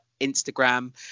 instagram